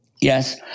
Yes